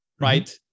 right